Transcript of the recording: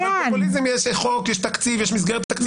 פופוליזם, יש חוק, יש תקציב, יש מסגרת תקציב.